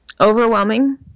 overwhelming